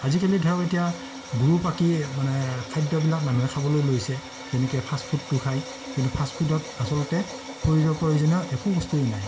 আজিকালি ধৰক এতিয়া গুৰুপাকী মানে খাদ্যবিলাক মানুহে খাবলৈ লৈছে যেনেকৈ ফাষ্টফুডটো খায় কিন্তু ফাষ্টফুডত আচলতে শৰীৰৰ প্ৰয়োজনীয় একো বস্তুয়েই নাই